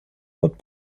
haute